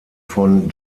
von